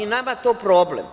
I nama je to problem?